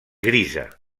grisa